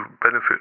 benefit